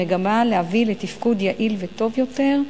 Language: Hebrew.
במגמה להביא לתפקוד יעיל וטוב יותר,